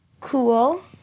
cool